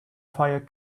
fire